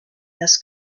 this